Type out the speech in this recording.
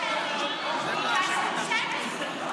ביקשנו שמית.